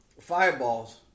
fireballs